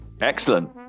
Excellent